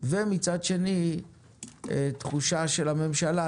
ומצד שני נותנים לממשלה,